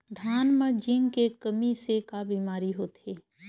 धान म जिंक के कमी से का बीमारी होथे?